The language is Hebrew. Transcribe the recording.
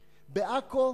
בעכו,